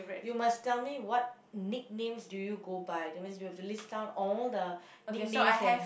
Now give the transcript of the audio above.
you must tell me what nicknames do you go by that mean you have to list down all the nicknames that have